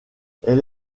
elle